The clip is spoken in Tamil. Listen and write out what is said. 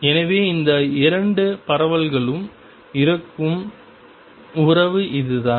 எனவே இந்த இரண்டு பரவல்களுக்கும் இருக்கும் உறவு இதுதான்